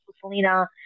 Selena